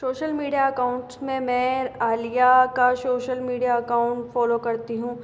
social media accounts में मैं आलिया का सोशल मीडिया अकाउंट फ़ोलो करती हूँ